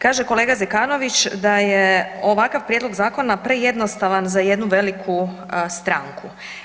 Kaže kolega Zekanović da je ovakav prijedlog zakona prejednostavan za jednu veliku stranku.